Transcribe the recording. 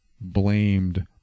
blamed